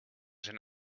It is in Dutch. zijn